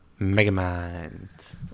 Megamind